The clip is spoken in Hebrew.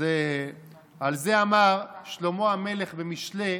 על זה אמר שלמה המלך במשלי: